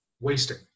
wasting